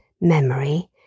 memory